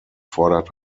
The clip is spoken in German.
fordert